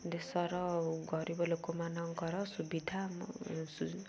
ଦେଶର ଗରିବ ଲୋକମାନଙ୍କର ସୁବିଧା